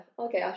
Okay